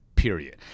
period